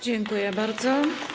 Dziękuję bardzo.